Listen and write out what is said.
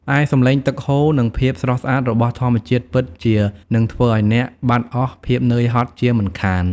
ឯសំឡេងទឹកហូរ និងភាពស្រស់ថ្លារបស់ធម្មជាតិពិតជានឹងធ្វើឲ្យអ្នកបាត់អស់ភាពនឿយហត់ជាមិនខាន។